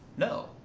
No